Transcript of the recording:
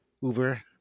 Uber